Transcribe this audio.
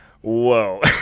whoa